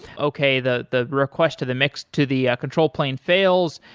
okay the the request to the mix to the control plane fails,